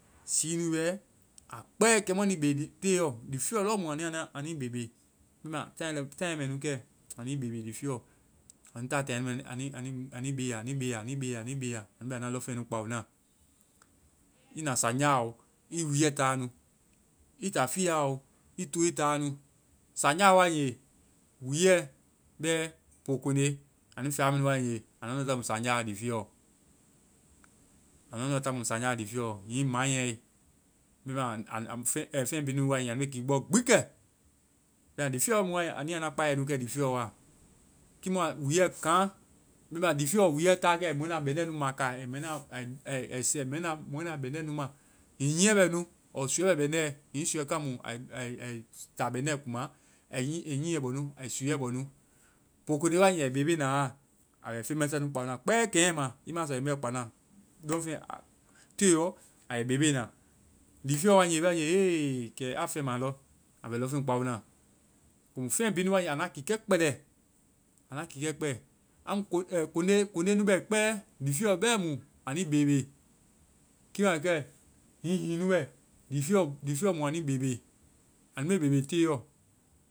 Siiɛ nu bɛɛ, a kpɛɛ kɛ mu anui be te yɔ. Lifiɛ. o lɔɔ mu anua nua-anui bebe taaŋ mɛ nu kɛ. Anui bebe lifiɛɔ. Anu taa taaŋ mɛ nu. Anui be ya, anui be ya, anuibe ya. Anu bɛ anua lɔŋfeŋnu kpao na. I na saŋjaɔ, i wúuɛ taa nu. i ta fiaɔ, i toe taa nu. Saŋjaɔ wae nge, wúuɛ bɛ pookonde, anu fɛa mɛ nu wae nge, anua nu wa taamu saŋja a lifiɛɔ. Anua nu wa taamu sanja a lifiɛɔ. Hiŋi manyae. Bɛma, feŋ bhii nunu wae nge, anu be kii bɔ gbi kɛ. Bɛma lifiɛɔ mu wae, anu ya nua kpaiɛkɛ lifiɛɔ wa. Kiimu, a-wúuɛ kaŋ. Bɛma lifiɔ, wúuɛ táa wa kɛ ai mɔɛnu a bɛndɛ un makaa ai sɛɛ mɔɛnu a bɛndɛ nu ma. Hiŋi nyiɛ bɛ nu ɔɔ suuɛ bɛ bɛndɛ. Hiŋi suuɛ taa mu, ai ta bɛndɛ kuma ai nyiɛ bɔ nu ai suuɛ bɔ nu. Pookonde wae nge, ai bebena wa. A bɛ feŋ mɛsɛ nu kpaona kpɛɛ kɛnyɛma, i ma sɔ a bɛ feŋmu kpaona. Telɔ, a bɛ bebeena. Lifiɔ wae nge wae nge, ee! Kɛ a feŋma lɔ. A bɛ lɔŋfeŋ kpaona. Komu feŋ bi nu wae nge, anua kiikɛ kpɛlɛ. Anua kiikɛ kpɛɛ. Amu, koŋde-koŋde nu bɛ kpɛɛ. Lifiɔ bɛ mu anui bebee. Kɛ a bɛ kɛ. Hihiŋɛ nu bɛ. Lifiɔ mu anui bebee. Anu be bebe teɔ.